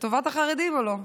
לטובת החרדים או לא?